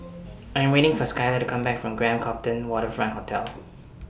I Am waiting For Skyler to Come Back from Grand Copthorne Waterfront Hotel